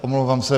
Omlouvám se.